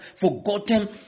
forgotten